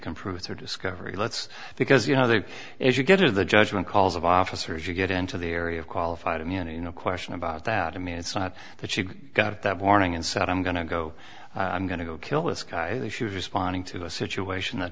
can prove her discovery let's because you know that if you get to the judgment calls of officers you get into the area of qualified immunity no question about that i mean it's not that she got that warning and said i'm going to go i'm going to go kill this guy she was responding to a situation that